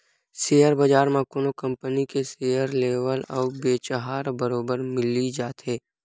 share बजार म कोनो कंपनी के सेयर लेवाल अउ बेचहार बरोबर मिली जाथे